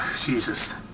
Jesus